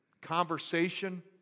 conversation